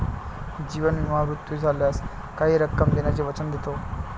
जीवन विमा मृत्यू झाल्यास काही रक्कम देण्याचे वचन देतो